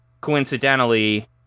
coincidentally